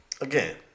Again